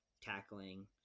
tackling